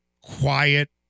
Quiet